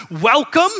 Welcome